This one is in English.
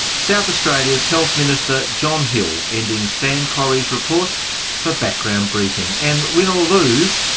south australia's health minister, john hill ending stan correy's report for background briefing. and, win or lose,